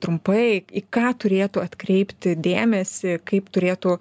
trumpai ką turėtų atkreipti dėmesį kaip turėtų